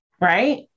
right